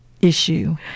issue